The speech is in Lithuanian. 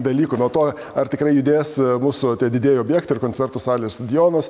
dalykų nuo to ar tikrai judės mūsų tie didieji objektai ir koncertų salės stadionas